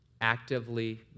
actively